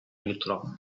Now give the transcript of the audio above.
jutro